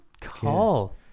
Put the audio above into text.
call